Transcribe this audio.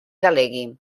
delegui